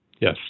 Yes